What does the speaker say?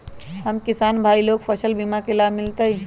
हम किसान भाई लोग फसल बीमा के लाभ मिलतई?